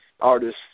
artist's